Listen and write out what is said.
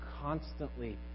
constantly